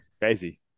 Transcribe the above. crazy